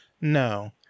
No